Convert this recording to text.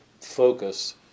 focus